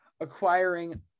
acquiring